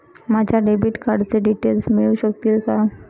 माझ्या डेबिट कार्डचे डिटेल्स मिळू शकतील का?